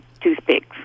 toothpicks